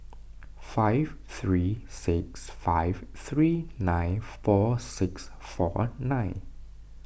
five three six five three nine four six four nine